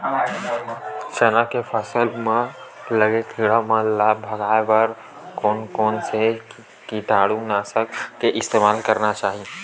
चना के फसल म लगे किड़ा मन ला भगाये बर कोन कोन से कीटानु नाशक के इस्तेमाल करना चाहि?